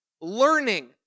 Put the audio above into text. learning